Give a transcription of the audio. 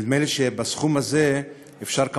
נדמה לי שבסכום הזה אפשר היה,